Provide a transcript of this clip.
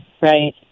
right